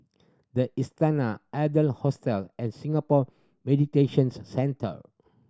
The Istana Adler Hostel and Singapore Centre